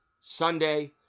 Sunday